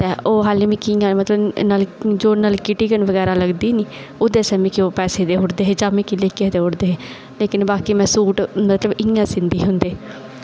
ओह् खाल्ली मिगी इंया जो नलकी टीकन बगैरा लगदी ही ओह्दे आस्तै मिगी पैसे देई ओड़दे हे जां मिगी लेइयै देई ओड़दे हे लेकिन बाकी सूट में इंया सीहंदी होंदी ही फ्री